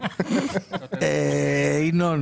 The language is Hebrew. חינוך,